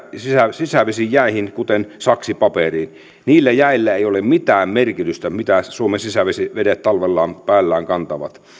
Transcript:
sisävesijäihin kuten sakset paperiin niillä jäillä ei ole mitään merkitystä mitä suomen sisävedet talvella päällään kantavat